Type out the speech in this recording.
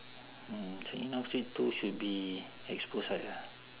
mm changi north street two should be expo side lah